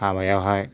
हाबायावहाय